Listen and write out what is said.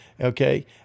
Okay